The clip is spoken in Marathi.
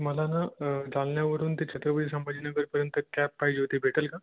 मला नं जालन्यावरून ते छत्रपती संभाजीनगरपर्यंत कॅब पाहिजे होती भेटेल का